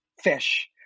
fish